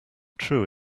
true